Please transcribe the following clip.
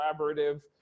collaborative